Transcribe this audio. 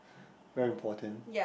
very important